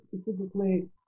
specifically